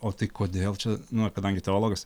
o tai kodėl čia nu ir kadangi teologas